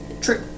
True